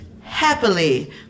happily